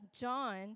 John